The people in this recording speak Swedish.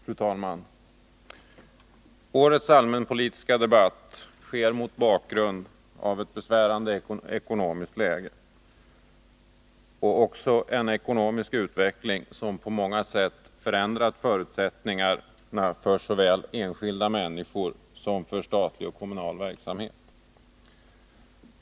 Fru talman! Årets allmänpolitiska debatt sker mot bakgrund av ett besvärande ekonomiskt läge och en ekonomisk utveckling som på många sätt förändrat förutsättningarna för såväl enskilda människor som statlig och kommunal verksamhet.